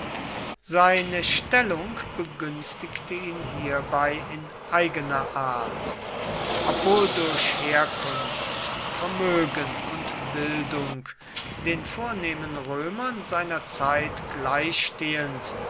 seine stellung begünstigte ihn hierbei in eigener art obwohl durch herkunft vermögen und bildung den vornehmen römern seiner zeit